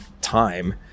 time